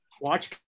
watch